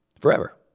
forever